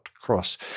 cross